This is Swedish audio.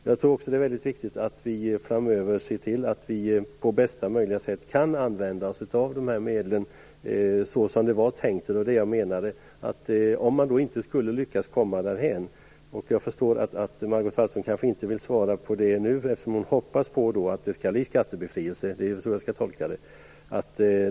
Jag tror också att det är väldigt viktigt att vi framöver ser till att vi på bästa möjliga sätt kan använda oss av medlen så som det var tänkt. Det var det jag menade. Jag undrar vad vi gör om vi inte lyckas komma därhän. Jag förstår att Margot Wallström kanske inte vill svara på det nu eftersom hon hoppas på skattebefrielse - det är väl så jag skall tolka henne.